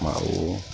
ଆଉ